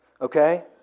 okay